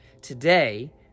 Today